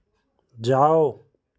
जाओ